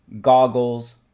goggles